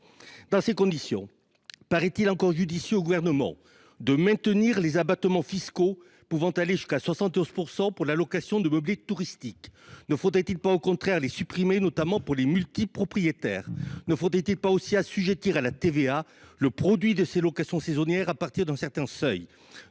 Dans ces conditions, le Gouvernement trouve t il encore judicieux de maintenir les abattements fiscaux, pouvant aller jusqu’à 71 %, qui s’appliquent à la location de meublés touristiques ? Ne faudrait il pas au contraire les supprimer, notamment pour les multipropriétaires ? Ne faudrait il pas aussi assujettir à la TVA le produit de ces locations saisonnières à partir d’un certain seuil ?